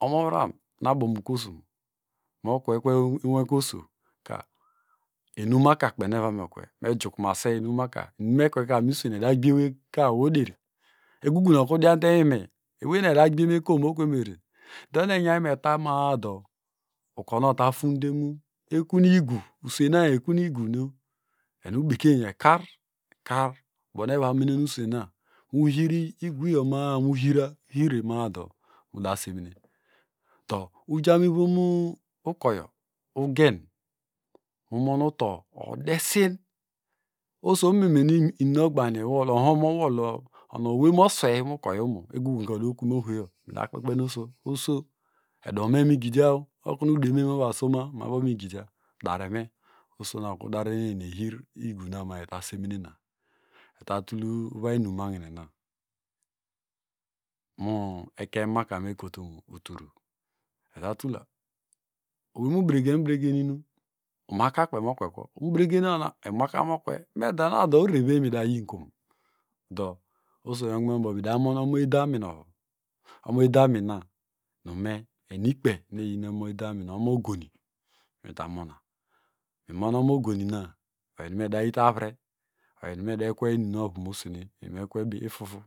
omavram nu abomikosunu mokwekwe inwekweosoka enumaka kpeynu evamokwe mejukumase enu maka inumekweka miswene edagbie oweyka oweyoderi egungun okrudvanteminwime eweyna edata gbiemekon ekuvomerie? Ndo ohonu enyany metama ado ukona otafunde mu ekun igu usweyna ekunu igu nu enubekeny ekar ekar bonu evamenen usweyna muhir iguyoma a muhira uhirema ado muda semine do uja muvon ukoyo ugen mumonu uto odesin osomennetuokunu inumunu ogbagine iwol ohom owol onowey moswey mukoyo omo egugunka odokunme ohoyo midaykpekpen oso, oso edownome migidiya okunu udeme ovasoma megidiya udememosoma dareme osona okru dareneni ehir igunama a etasemune na etatul uvay inunahinena ekeny makamekotumu uturu etatula oweynubregenbregeninum umakakpey mokwe kwo mubregen ona umaka mokwe me do ona orererevondo midayinkom? Do oso onyonkumenbo midamon omoedamin ovu omoedamina nume enikpey nu eyin omo ogoni mitamona mimonomogorina oyinume edayite arre oyinume eda kweinumnu ovumo sweneovu enimekwe ifufu